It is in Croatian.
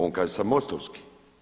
On kaže sad MOST-ovski.